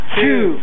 two